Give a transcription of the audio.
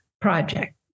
project